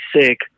sick